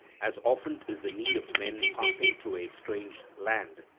as often is the need of men passing through a strange land,